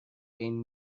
بین